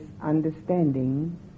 understanding